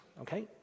okay